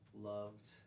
loved